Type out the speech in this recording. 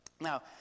Now